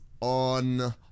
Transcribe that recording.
on